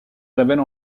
révèle